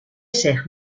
zegt